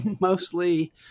mostly